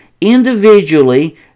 individually